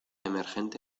emergente